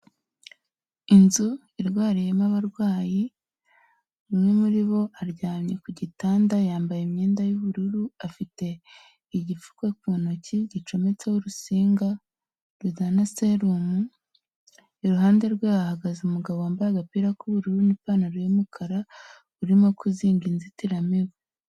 Inzu irwariyemo abarwayi, umwe muri bo aryamye ku gitanda yambaye imyenda y'ubururu afite igipfuko ku ntoki gicometseho urusinga ruzana serumu, iruhande rwaho hahagaze umugabo wambaye agapira k'ubururu n'ipantaro y'umukara, urimo kuzinga inzitiramibu.